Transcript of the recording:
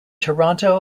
toronto